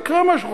יקרה משהו,